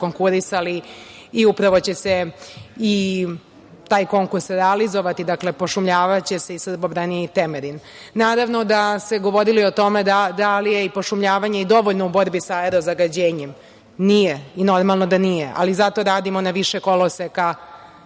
konkurisali i upravo će se i taj konkurs realizovati. Dakle, pošumljavaće se i Srbobran i Temerin. Naravno da se govorilo i o tome da li je pošumljavanje dovoljno u borbi sa aero-zagađenjem. Nije, normalno da nije, ali zato radimo na više koloseka